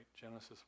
Genesis